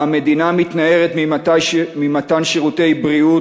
שבה המדינה מתנערת ממתן שירותי בריאות,